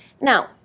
Now